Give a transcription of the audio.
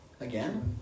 Again